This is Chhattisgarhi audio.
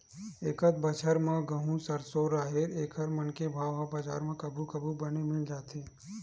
एकत बछर म गहूँ, सरसो, राहेर एखर मन के भाव ह बजार म कभू कभू बने मिल जाथे